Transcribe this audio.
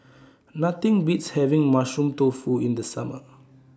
Nothing Beats having Mushroom Tofu in The Summer